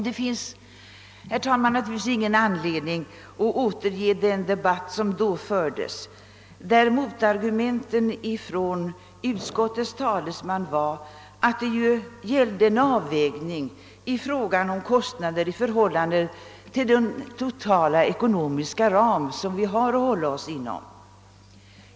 Det finns, herr talman, naturligtvis ingen anledning att nu återge den debatt som då fördes, där motargumentet från utskottets talesman var att det gällde en avvägning i fråga om kostnader i förhållande till den totala ekonomiska ram som vi har att hålla oss inom.